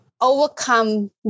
overcome